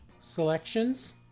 selections